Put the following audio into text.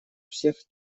всех